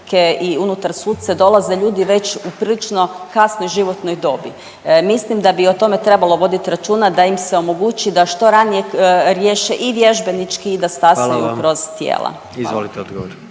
Hvala vam. Izvolite odgovor.